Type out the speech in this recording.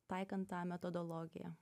taikant tą metodologiją